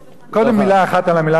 קודם מלה אחת על המלה